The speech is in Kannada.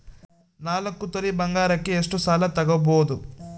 ನಾಲ್ಕು ತೊಲಿ ಬಂಗಾರಕ್ಕೆ ಎಷ್ಟು ಸಾಲ ತಗಬೋದು?